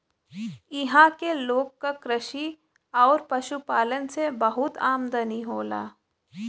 इहां के लोग क कृषि आउर पशुपालन से बहुत आमदनी होला